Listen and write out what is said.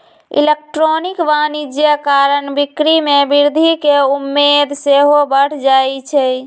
electronic वाणिज्य कारण बिक्री में वृद्धि केँ उम्मेद सेहो बढ़ जाइ छइ